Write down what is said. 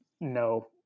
no